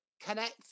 connect